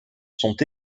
sont